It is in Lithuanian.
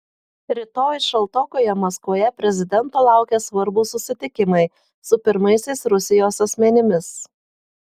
rytoj šaltokoje maskvoje prezidento laukia svarbūs susitikimai su pirmaisiais rusijos asmenimis